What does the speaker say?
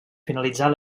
finalitzar